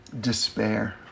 despair